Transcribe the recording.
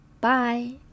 Bye